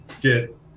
get